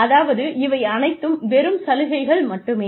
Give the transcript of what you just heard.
அதாவது இவை அனைத்தும்வெறும் சலுகைகள் மட்டுமே